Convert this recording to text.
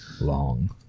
long